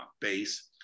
base